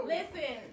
Listen